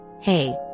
hey